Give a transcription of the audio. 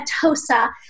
TOSA